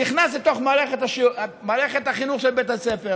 לתוך מערכת החינוך של בית הספר.